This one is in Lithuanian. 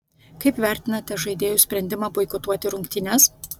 kaip vertinate žaidėjų sprendimą boikotuoti rungtynes